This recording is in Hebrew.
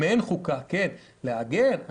חוקה לעגן?